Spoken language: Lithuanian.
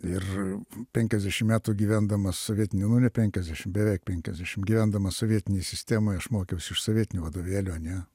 ir penkiasdešim metų gyvendamas sovietinėj nu ne penkiasdešim beveik penkiasdešim gyvendamas sovietinėj sistemoj aš mokiausi iš sovietinių vadovėlių ane